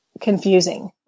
confusing